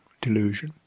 delusion